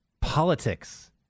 politics